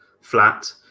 flat